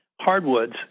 hardwoods